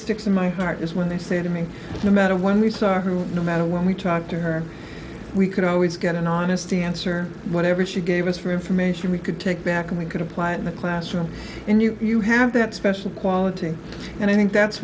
sticks in my heart is when they say to me no matter when we saw who no matter when we talked to her you could always get an honest answer whatever she gave us for information we could take back and we could apply it in the classroom and you you have that special quality and i think that's